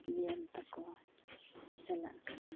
ᱡᱤᱭᱚᱱᱛᱟᱠᱚ ᱪᱟᱞᱟᱜ ᱠᱟᱱᱟ